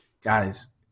guys